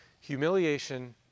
humiliation